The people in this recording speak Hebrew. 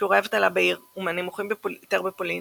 שיעורי האבטלה בעיר הוא מהנמוכים ביותר בפולין,